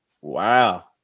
Wow